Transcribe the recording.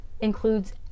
includes